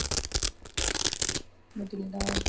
मडिलडा